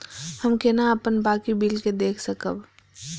हम केना अपन बाकी बिल के देख सकब?